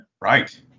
Right